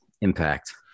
impact